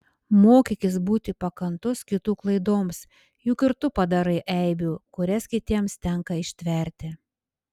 mokykis būti pakantus kitų klaidoms juk ir tu padarai eibių kurias kitiems tenka ištverti